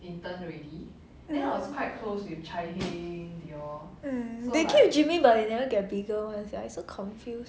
mm they keep gymming but they never get bigger [one] sia it's so confuse